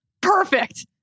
Perfect